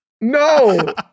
no